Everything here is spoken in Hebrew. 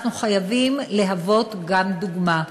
אנחנו חייבים להוות גם דוגמה.